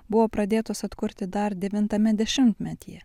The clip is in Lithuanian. buvo pradėtos atkurti dar devintame dešimtmetyje